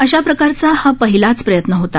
अशाप्रकारचा हा पहिलाच प्रयत्न होता